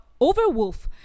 Overwolf